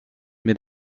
mid